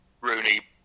Rooney